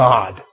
God